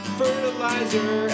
fertilizer